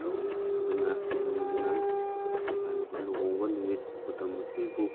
ꯇꯧꯏ ꯑꯗꯨꯅ ꯃꯔꯝ ꯑꯗꯨꯅ ꯍꯥꯏꯔꯤꯕ ꯂꯨꯍꯣꯡꯕ ꯅꯨꯃꯤꯠ ꯃꯇꯝ ꯑꯁꯤꯕꯨ